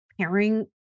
pairing